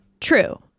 True